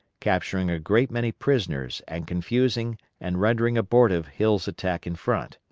capturing a great many prisoners and confusing and rendering abortive hill's attack in front.